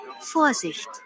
Vorsicht